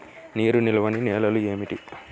నీరు నిలువని నేలలు ఏమిటి?